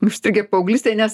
užstrigę paauglystėje nes